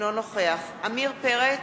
אינו נוכח עמיר פרץ,